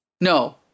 No